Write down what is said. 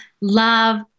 love